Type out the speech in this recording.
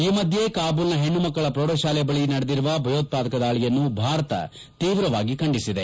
ಈ ಮಧ್ಯೆ ಕಾಬೂಲ್ನ ಹೆಣ್ಣು ಮಕ್ಕಳ ಪ್ರೌಢಶಾಲೆ ಬಳಿ ನಡೆದಿರುವ ಭಯೋತ್ವಾದಕ ದಾಳಿಯನ್ನು ಭಾರತ ತೀವ್ರವಾಗಿ ಖಂಡಿಸಿದೆ